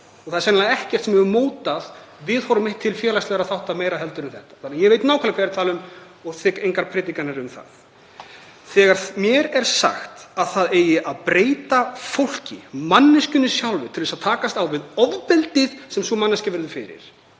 það er sennilega ekkert sem hefur mótað viðhorf mitt til félagslegra þátta meira en þetta, þannig að ég veit nákvæmlega hvað ég tala um og þigg engar predikanir um það. Þegar mér er sagt að það eigi að breyta fólki, manneskjunni sjálfri, til að takast á við ofbeldið sem sú manneskja verður fyrir